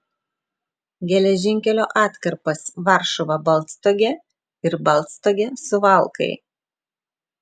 geležinkelio atkarpas varšuva baltstogė ir baltstogė suvalkai